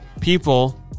people